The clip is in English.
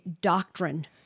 doctrine